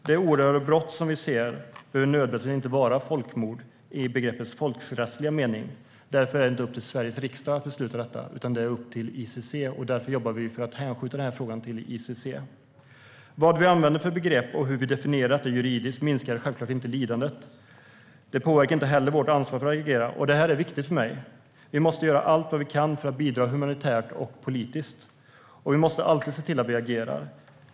Det oerhörda brott vi ser behöver inte nödvändigtvis vara folkmord i begreppets folkrättsliga mening. Därför är det inte upp till Sveriges riksdag att besluta detta, utan det är upp till ICC. Därför jobbar vi för att hänskjuta denna fråga till ICC. Vad vi använder för begrepp och hur vi definierat det juridiskt minskar självklart inte lidandet. Det påverkar inte heller vårt ansvar för att agera. Detta är viktigt för mig. Vi måste göra allt vi kan för att bidra humanitärt och politiskt. Vi måste alltid se till att agera.